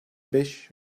beş